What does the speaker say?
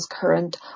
current